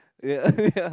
yeah yeah